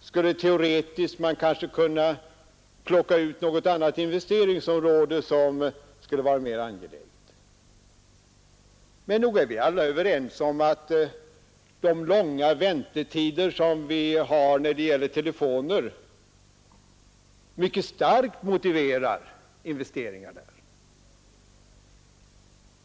skulle man teoretiskt sett kanske ha kunnat plocka ut något annat investeringsområde som varit mera angeläget. Men nog är vi alla överens om att de långa väntetider som vi har när det gäller telefoner mycket starkt motiverar investeringar där.